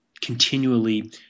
continually